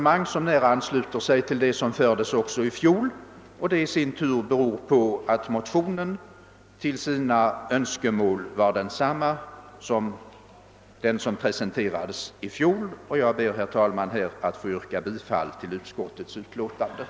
Med det sagda ber jag att få yrka bifall till utskottets hemställan.